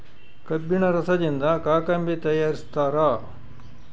ಕಬ್ಬಿಣ ರಸದಿಂದ ಕಾಕಂಬಿ ತಯಾರಿಸ್ತಾರ